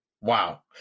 Wow